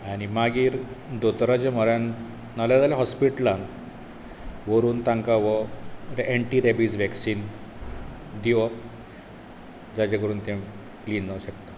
आनी मागीर दोतोराच्या म्हऱ्यांत ना जाले जाल्यार हॉस्पिटलान व्हरून तांकां वो अँटी रेबिज वॅक्सिन दिवप जाचे कडून तें क्लिन जावंक शकता